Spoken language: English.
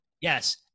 Yes